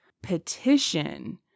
petition